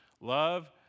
Love